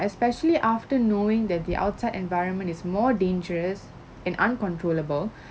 especially after knowing that the outside environment is more dangerous and uncontrollable